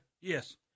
Yes